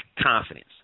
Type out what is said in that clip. confidence